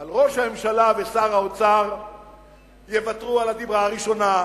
אבל ראש הממשלה ושר האוצר יוותרו על הדיבר הראשון,